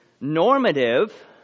normative